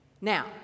Now